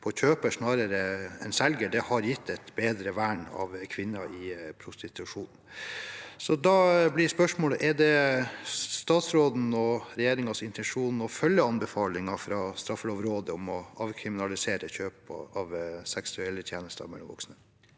på kjøper snarere enn selger har gitt et bedre vern av kvinner i prostitusjon. Da blir spørsmålet: Er det statsråden og regjeringens intensjon å følge anbefalingen fra Straffelovrådet om å avkriminalisere kjøp av seksuelle tjenester mellom voksne?